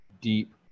deep